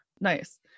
Nice